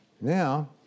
Now